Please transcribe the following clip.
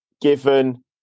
given